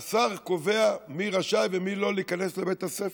השר קובע מי רשאי ומי לא רשאי להיכנס לבית הספר.